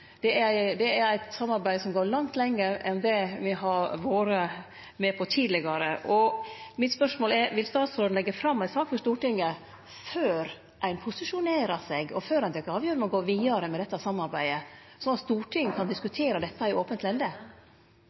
Det er eit samarbeid som går langt lenger enn det me har vore med på tidlegare. Mitt spørsmål er: Vil utanriksministeren leggje fram ei sak for Stortinget før ein posisjonerer seg, og før ein tek avgjerd om å gå vidare med dette samarbeidet, slik at Stortinget kan diskutere dette i